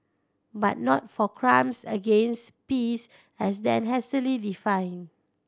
but not for crimes against peace as then hastily defined